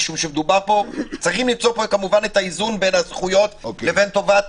צריך למצוא את האיזון בין הזכויות לבין טובת